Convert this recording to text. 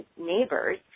neighbors